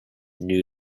new